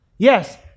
Yes